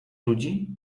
ludzi